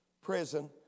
prison